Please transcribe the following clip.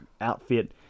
outfit